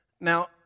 Now